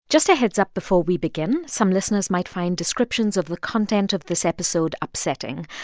just a heads up before we begin, some listeners might find descriptions of the content of this episode upsetting.